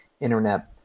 internet